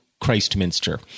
Christminster